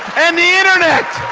and the internet!